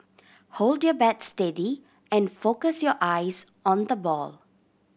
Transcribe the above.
hold your bat steady and focus your eyes on the ball